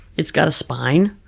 it's got a spine,